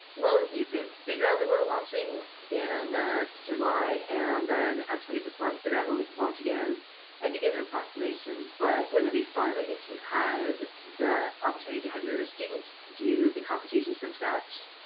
well you could figure out that we're we're launching in july and then at twenty six months figure out when we could launch again and you get approximation. but wouldn't it be fun if you had the opportunity to have your students do the computations from scratch?